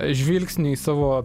žvilgsnį į savo